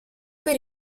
per